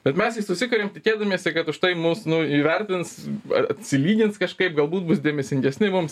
bet mes jį susikuriam tikėdamiesi kad už tai mus nu įvertins ar atsilygins kažkaip galbūt bus dėmesingesni mums